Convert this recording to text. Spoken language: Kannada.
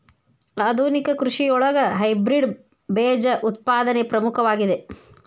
ಆಧುನಿಕ ಕೃಷಿಯೊಳಗ ಹೈಬ್ರಿಡ್ ಬೇಜ ಉತ್ಪಾದನೆ ಪ್ರಮುಖವಾಗಿದೆ